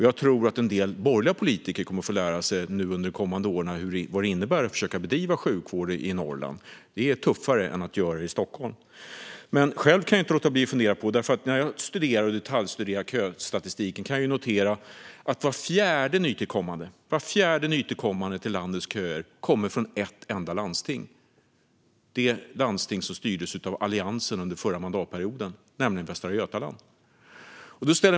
Jag tror att en del borgerliga politiker under de kommande åren kommer att få lära sig vad det innebär att försöka bedriva sjukvård i Norrland - det är tuffare än att göra det i Stockholm. Själv kan jag inte låta bli att fundera på en sak. När jag detaljstuderade köstatistiken kunde jag notera att var fjärde nytillkommande till landets köer kom från ett enda landsting - det landsting som styrdes av Alliansen under den förra mandatperioden, nämligen Västra Götaland.